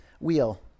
Wheel